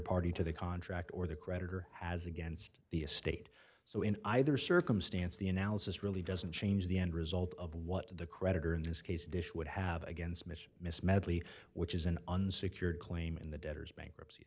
party to the contract or the creditor has against the estate so in either circumstance the analysis really doesn't change the end result of what the creditor in this case dish would have against mission miss medley which is an unsecured claim in the debtor's bankruptcy